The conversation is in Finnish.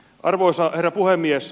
arvoisa herra puhemies